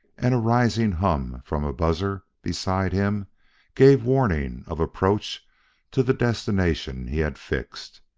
and a rising hum from a buzzer beside him gave warning of approach to the destination he had fixed.